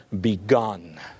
begun